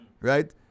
Right